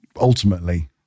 ultimately